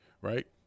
right